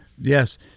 Yes